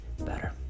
better